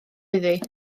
iddi